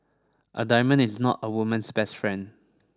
a diamond is not a woman's best friend